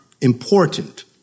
important